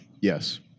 yes